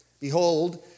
Behold